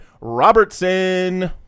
Robertson